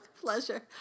Pleasure